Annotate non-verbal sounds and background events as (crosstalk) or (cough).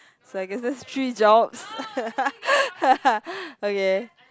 so I guess that's three jobs (laughs) okay